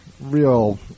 real